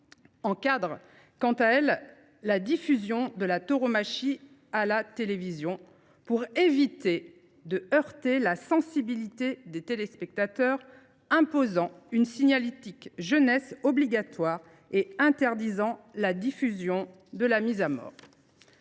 encadre, quant à elle, la diffusion de la tauromachie à la télévision afin d’éviter de heurter la sensibilité des téléspectateurs, en imposant une signalétique jeunesse et en interdisant la diffusion de la mise à mort.